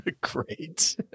great